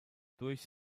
durch